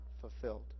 fulfilled